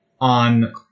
on